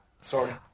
Sorry